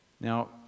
Now